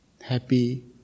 happy